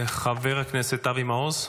חבר הכנסת אבי מעוז,